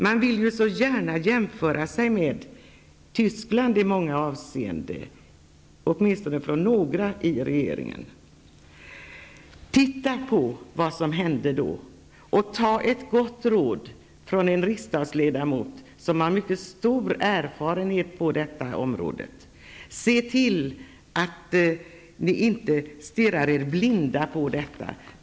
Man vill gärna jämföra Sverige med Tyskland i många avseenden, åtminstone några ledamöter i regeringen. Titta på vad som hände då, och ta ett gott råd från en riksdagsledamot som har en mycket stor erfarenhet på detta område. Se till att inte stirra er blinda på detta.